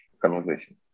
conversation